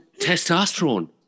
testosterone